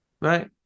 right